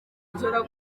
kugera